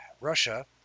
Russia